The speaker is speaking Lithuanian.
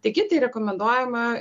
tai kiti rekomenduojama